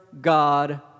God